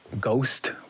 Ghost